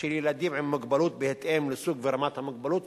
של ילדים עם מוגבלות בהתאם לסוג ולרמת המוגבלות.